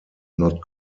not